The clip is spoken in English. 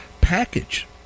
package